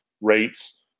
rates